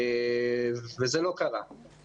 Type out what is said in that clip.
וזה לא קרה.